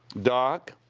doc,